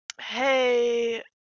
hey